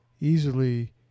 easily